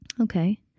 Okay